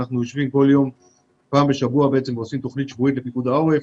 אנחנו יושבים פעם בשבוע ועושים תוכנית שבועית לפיקוד העורף